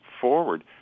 forward